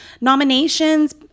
nominations